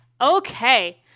Okay